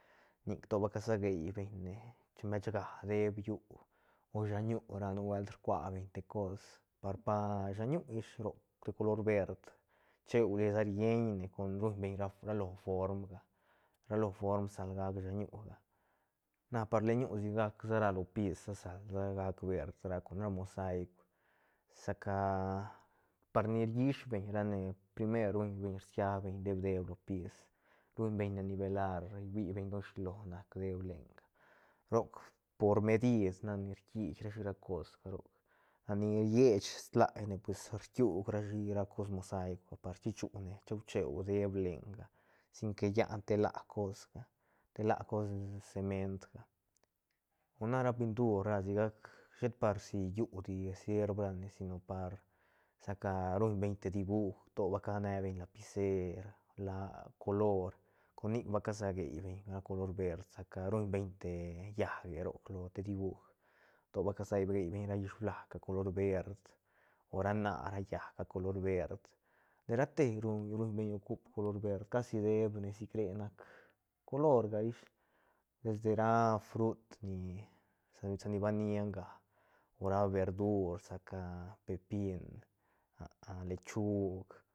Nic to ba casageibeñ ne chen bechga deeb llú o shanú ra nubuelt rcua beñ te cos par pa shanú ish roc te color verd cheulisa rlleñne con ruñbeñ ra lo formga ra lo form sal gac shañúga na par leñu sigac sa ra lopis sal sa gac verd ra con ra mosaicu sa ca par ni rllis beñne primer ruñ beñ rsiabeñ deeb deeb lo pis ruñbeñne nivelar huibeñ don shilo nac deeb lenga roc por medid nac ni rquiit rashi ra cosga roc la ni riech stlaerane pues rkiug rashi racos mosaicuga par chishune cheu cheu deeb lenga sin que llan te la cosga te la cos sementga o na ra pintur ra sigac shet par si llú di sirv ra ne si no par sa ca rumbeñ te dibuj to ba canebeñ lapicer o la color con nic ba casageibeñ ra color verd sa ca ruñ beñ te llaäque roc te bibuj to ba casageibeñ llisblaja color verd o ra na ra llaäcga color verd de ra te rum- rumbeñ ocup color verd cashi deeb nesicre nac colorga ish desde ra frut ni sa- sa ni ba nia nga o ra verdur sa ca pepin lechug